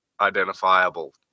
identifiable